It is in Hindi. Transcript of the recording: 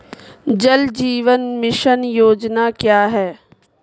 जल जीवन मिशन योजना क्या है?